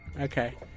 Okay